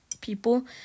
people